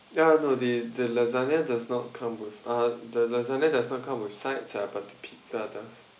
ya no the the lasagne does not come with uh the lasagne does not come with sides uh but the pizza does